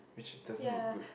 which is doesn't look good